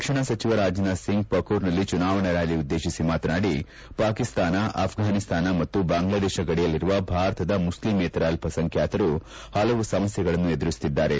ರಕ್ಷಣಾ ಸಚಿವ ರಾಜನಾಥ್ ಸಿಂಗ್ ಪಕೂರ್ನಲ್ಲಿ ಚುನಾವಣಾ ರ್ಕಾಲಿ ಉದ್ದೇಶಿಸಿ ಮಾತನಾಡಿ ಪಾಕಿಸ್ತಾನ ಆಫ್ಲಾನಿಸ್ತಾನ ಮತ್ತು ಬಾಂಗ್ಲಾದೇಶ ಗಡಿಯಲ್ಲಿರುವ ಭಾರತದ ಮುಸ್ಲಿಂಯೇತರ ಅಲ್ಲಸಂಬ್ಯಾತರು ಪಲವು ಸಮಸ್ಯೆಗಳನ್ನು ಎದುರಿಸುತ್ತಿದ್ದಾರೆ